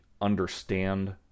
understand